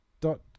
Dot